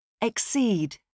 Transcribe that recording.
Exceed